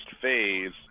phase